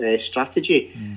strategy